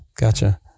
Gotcha